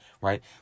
Right